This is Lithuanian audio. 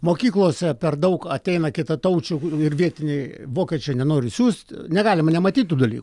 mokyklose per daug ateina kitataučių ir vietiniai vokiečiai nenori siųst negalima nematyt tų dalykų